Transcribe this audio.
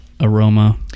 aroma